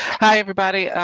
hi everybody,